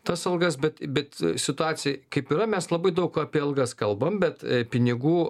tas algas bet bet situacija kaip yra mes labai daug apie algas kalbam bet pinigų